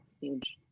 Huge